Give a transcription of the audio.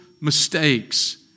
mistakes